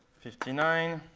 fifty nine,